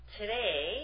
today